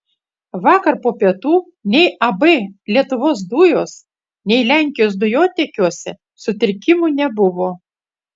vakar po pietų nei ab lietuvos dujos nei lenkijos dujotiekiuose sutrikimų nebuvo